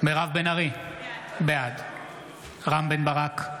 מירב בן ארי, בעד רם בן ברק,